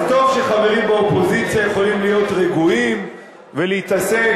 אז טוב שחברים באופוזיציה יכולים להיות רגועים ולהתעסק